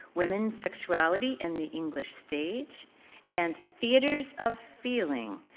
women's sexuality in the english stage and theaters of feeling,